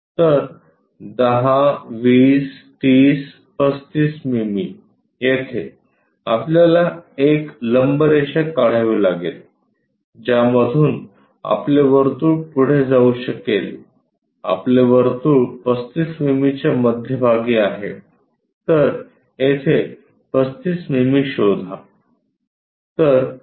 तर 10 20 30 35 मिमी येथे आपल्याला एक लंब रेषा काढावी लागेल ज्यामधून आपले वर्तुळ पुढे जाऊ शकेल आपले वर्तुळ 35 मिमीच्या मध्यभागी आहे तर येथे 35 मिमी शोधा